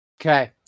okay